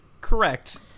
Correct